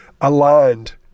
aligned